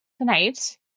tonight